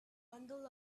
bundle